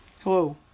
Hello